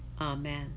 Amen